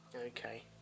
Okay